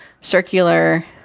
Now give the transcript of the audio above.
circular